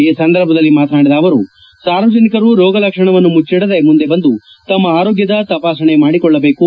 ಈ ಸಂದರ್ಭದಲ್ಲಿ ಮಾತನಾಡಿದ ಅವರು ಸಾರ್ವಜನಿಕರು ರೋಗ ಲಕ್ಷಣವನ್ನು ಮುಚ್ಚಡದೇ ಮುಂದೆ ಬಂದು ತಮ್ಮ ಆರೋಗ್ಯದ ತಪಾಸಣೆ ಮಾಡಿಕೊಳ್ಳಬೇಕು